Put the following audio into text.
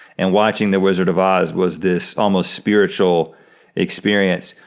and watching the wizard of oz was this almost spiritual experience.